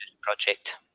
project